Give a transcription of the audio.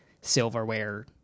silverware